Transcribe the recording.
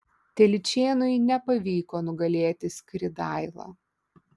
telyčėnui nepavyko nugalėti skridailą